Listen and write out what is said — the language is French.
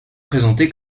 présenté